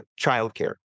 Childcare